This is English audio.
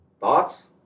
Thoughts